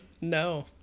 No